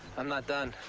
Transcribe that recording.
i'm not done.